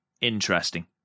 Interesting